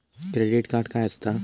Credit card काय असता?